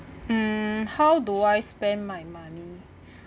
mm how do I spend my money